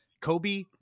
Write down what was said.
Kobe